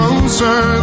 Closer